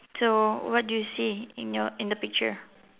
so what do you see in your in the picture